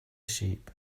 sheep